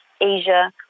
Asia